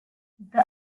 the